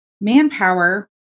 manpower